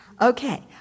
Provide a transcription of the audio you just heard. Okay